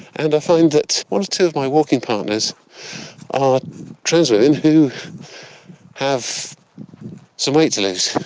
and i find that one or two of my walking partners are trans women who have some weight to lose, um,